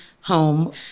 home